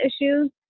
issues